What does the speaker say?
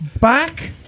Back